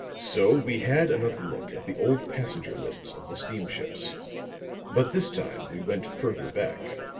so we had another look at the old passenger lists of the steamships but this time we went further back.